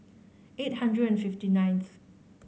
eight hundred and fifty ninth